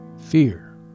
fear